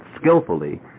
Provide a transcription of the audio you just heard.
skillfully